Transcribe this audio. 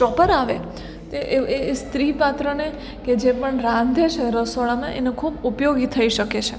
chopper આવે તે એ એ સ્ત્રી પાત્રને કે જે પણ રાંધે છે રસોડામાં એને ખૂબ ઉપયોગી થઇ શકે છે